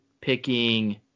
picking